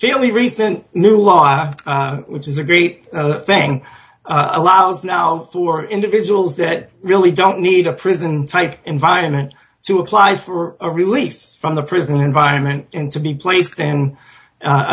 fairly recent new law which is a great thing a lousy now for individuals that really don't need a prison type environment to apply for a release from the prison environment and to be placed in a